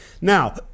Now